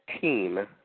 team